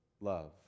love